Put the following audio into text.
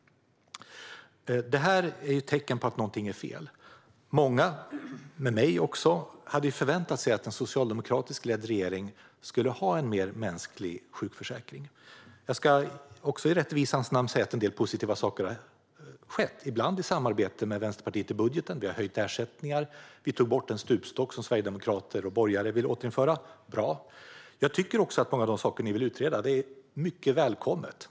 Det här är ett tecken på att någonting är fel. Många med mig hade förväntat sig att en socialdemokratiskt ledd regering skulle ha en mer mänsklig sjukförsäkring. Jag ska i rättvisans namn säga att en del positiva saker har skett, ibland i samarbete med Vänsterpartiet om budgeten. Vi har höjt ersättningar. Vi tog bort den stupstock som sverigedemokrater och borgare vill återinföra. Bra! Jag tycker också att många av de utredningar ni vill göra är mycket välkomna.